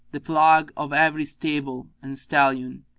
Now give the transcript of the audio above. the plague of every stable and stallion.